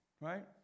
right